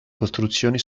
costruzioni